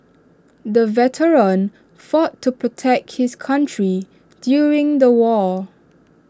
the veteran fought to protect his country during the war